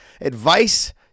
advice